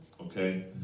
okay